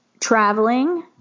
Traveling